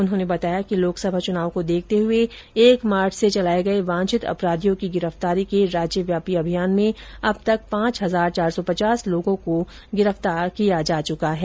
उन्होंने बताया कि लोकसभा चुनाव को देखते हए एक मार्च से चलाये गये वांछित अपराधियों की गिरफ्तारी के राज्यव्यापी अभियान में अब तक पांच हजार चार सौ पचास लोगों को गिरफ्तार किया जा चुका है